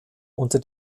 unter